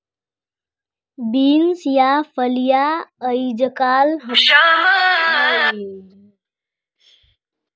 beans या फलियां अइजकाल हमसार खानपीनेर असली हिस्सा बने गेलछेक और लोक इला बहुत चाव स खाछेक